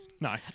No